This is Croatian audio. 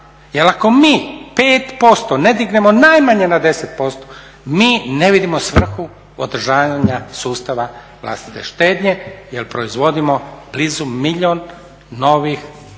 jer ako mi 5% ne dignemo najmanje na 10%, mi ne vidimo svrhu održavanja sustava vlastite štednje jel proizvodimo blizu milijun novih siromaha